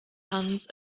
hands